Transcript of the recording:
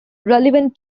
relevant